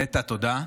נטע, תודה.